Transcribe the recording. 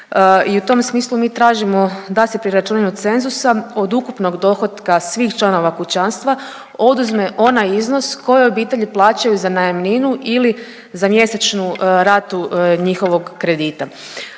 i u tom smislu mi tražimo da se pri računanju cenzusa od ukupnog dohotka svih članova kućanstva oduzme onaj iznos koji obitelji plaćaju za najamninu ili za mjesečnu ratu njihovog kredita.